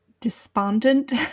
despondent